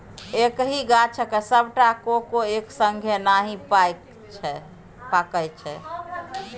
एक्कहि गाछक सबटा कोको एक संगे नहि पाकय छै